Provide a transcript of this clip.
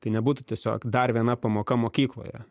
tai nebūtų tiesiog dar viena pamoka mokykloje